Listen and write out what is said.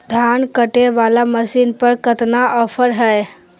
धान कटे बाला मसीन पर कतना ऑफर हाय?